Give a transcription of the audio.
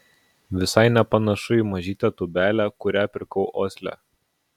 visai nepanašu į mažytę tūbelę kurią pirkau osle